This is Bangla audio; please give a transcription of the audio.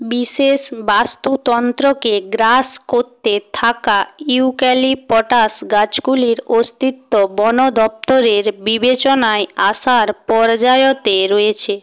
বিশেষ বাস্তুতন্ত্রকে গ্রাস করতে থাকা ইউক্যালিপটাস গাছগুলির অস্তিত্ব বন দপতরের বিবেচনায় আসার পর্যায়তে রয়েছে